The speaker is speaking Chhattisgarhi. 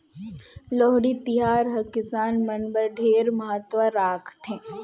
लोहड़ी तिहार हर किसान मन बर ढेरे महत्ता राखथे